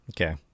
okay